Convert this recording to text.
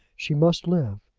she must live.